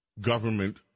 government